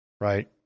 Right